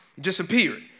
disappeared